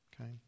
Okay